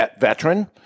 veteran